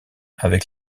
avec